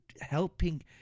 helping